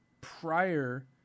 prior